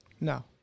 No